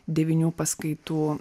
devynių paskaitų